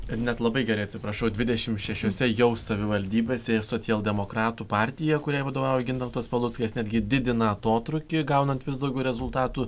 net labai gerai atsiprašau dvidešimt šešiose jau savivaldybėse ir socialdemokratų partija kuriai vadovauja gintautas paluckas netgi didina atotrūkį gaunant vis daugiau rezultatų